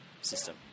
system